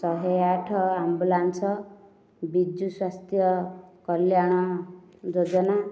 ଶହେ ଆଠ ଆମ୍ବୁଲାନ୍ସ ବିଜୁ ସ୍ୱାସ୍ଥ୍ୟ କଲ୍ୟାଣ ଯୋଜନା